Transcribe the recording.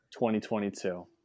2022